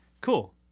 Cool